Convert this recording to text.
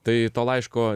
tai to laiško